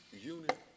unit